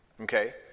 okay